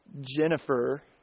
Jennifer